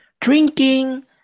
drinking